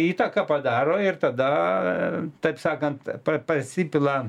įtaką padaro ir tada taip sakant pasipila